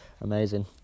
Amazing